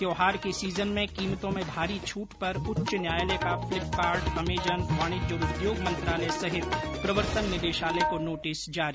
त्यौहार के सीजन में कीमतों में भारी छूट पर उच्च न्यायालय का फिलपकार्ट अमेजन वाणिज्य और उद्योग मंत्रालय सहित प्रवर्तन निदेशालय को नोटिस जारी